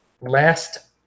last